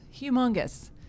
humongous